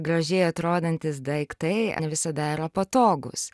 gražiai atrodantys daiktai ne visada yra patogūs